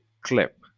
CLIP